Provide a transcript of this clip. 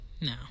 No